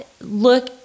look